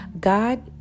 God